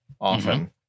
often